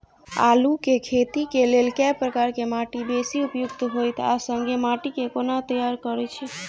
आलु केँ खेती केँ लेल केँ प्रकार केँ माटि बेसी उपयुक्त होइत आ संगे माटि केँ कोना तैयार करऽ छी?